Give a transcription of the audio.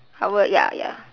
our ya ya